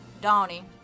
Donnie